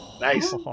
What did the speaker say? Nice